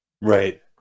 Right